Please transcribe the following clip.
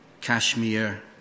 Kashmir